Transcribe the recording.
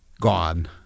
Gone